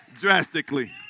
drastically